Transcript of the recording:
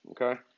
okay